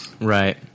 right